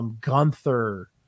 Gunther